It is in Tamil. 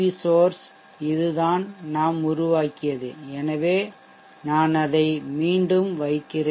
சோர்ஷ் இதுதான் நாம் உருவாக்கியது எனவே நான் அதை மீண்டும் வைக்கிறேன்